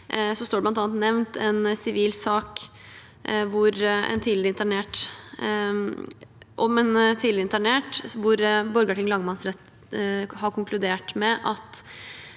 – står det bl.a. nevnt en sivil sak om en tidligere internert, hvor Borgarting lagmannsrett har konkludert med at